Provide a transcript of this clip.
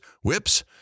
Whips